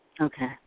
Okay